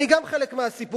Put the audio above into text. אני גם חלק מהסיפור.